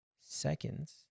seconds